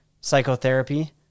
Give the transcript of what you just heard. psychotherapy